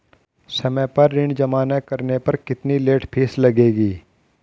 समय पर ऋण जमा न करने पर कितनी लेट फीस लगेगी?